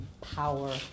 power